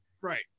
Right